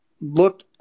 look